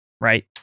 right